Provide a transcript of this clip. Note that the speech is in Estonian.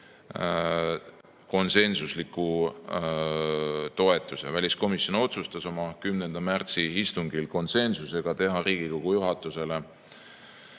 konsensusliku toetuse. Väliskomisjon otsustas oma 10. märtsi istungil (konsensusega) teha Riigikogu juhatusele